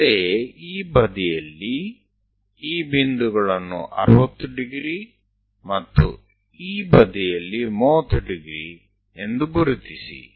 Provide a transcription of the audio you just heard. ಅಂತೆಯೇ ಈ ಬದಿಯಲ್ಲಿ ಈ ಬಿಂದುಗಳನ್ನು 60 ಡಿಗ್ರಿ ಮತ್ತು ಈ ಬದಿಯಲ್ಲಿ 30 ಡಿಗ್ರಿ ಎಂದು ಗುರುತಿಸಿ